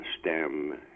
stem